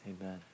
Amen